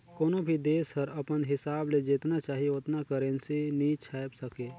कोनो भी देस हर अपन हिसाब ले जेतना चाही ओतना करेंसी नी छाएप सके